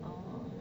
uh